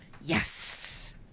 Yes